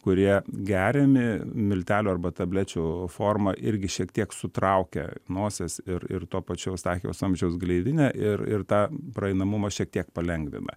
kurie geriami miltelių arba tablečių forma irgi šiek tiek sutraukia nosies ir ir tuo pačiu eustachijaus vamzdžiaus gleivinę ir ir tą praeinamumą šiek tiek palengvina